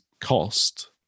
cost